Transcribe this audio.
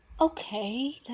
Okay